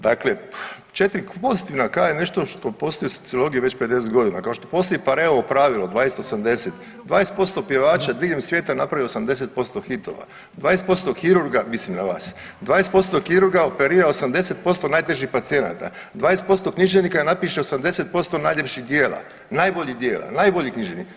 Dakle, četiri pozitivna ka je nešto što postoji u sociologiji već 50 godina, kao što postoji Paretovo pravilo 20, 80. 20% pjevača diljem svijeta napravi 80% hitova, 20% kirurga mislim na vas, 20% kirurga operira 80% najtežih pacijenata, 20% književnika napiše 80% najljepših djela, najboljih djela, najbolji književni.